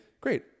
great